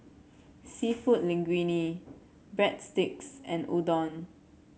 seafood Linguine Breadsticks and Udon